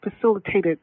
facilitated